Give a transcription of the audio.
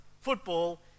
football